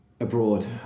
abroad